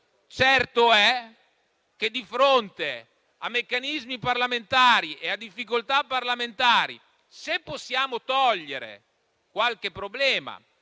Certo è che di fronte a meccanismi e a difficoltà parlamentari, se possiamo togliere qualche problema